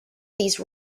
these